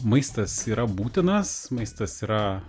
maistas yra būtinas maistas yra